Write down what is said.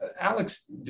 Alex